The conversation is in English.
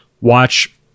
watch